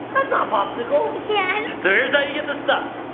that's not popsicles! yeah so here's how you get the stuff.